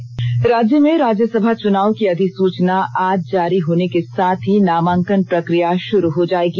राज्यसभा राज्य में राज्यसभा चुनाव की अधिसूचना आज जारी होने के साथ ही नामांकन प्रक्रिया षुरू हो जाएगी